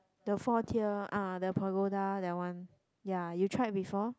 the four tier ah the Pagoda that one ya you tried before